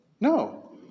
No